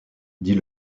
dit